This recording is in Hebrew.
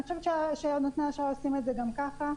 אני חושבת שנותני האשראי עושים את זה גם ככה.